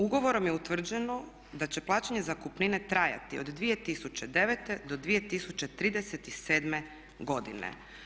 Ugovorom je utvrđeno da će plaćanje zakupnine trajati od 2009. do 2037. godine.